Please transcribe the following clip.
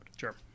Sure